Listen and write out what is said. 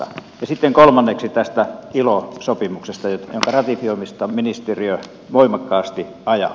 ja sitten kolmanneksi tästä ilo sopimuksesta jonka ratifioimista ministeriö voimakkaasti ajaa